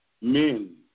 Men